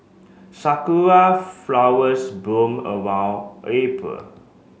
Sakura flowers bloom around April